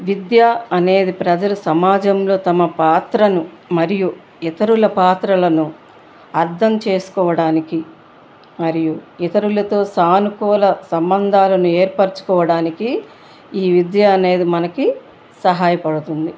విద్య అనేది ప్రజలు సమాజంలో తమ పాత్రను మరియు ఇతరుల పాత్రలను అర్థం చేసుకోవడానికి మరియు ఇతరులతో సానుకూల సంబంధాలను ఏర్పర్చుకోవడానికి ఈ విద్య అనేది మనకు సహాయపడుతుంది